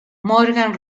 morgan